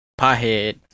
pothead